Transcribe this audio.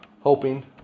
hoping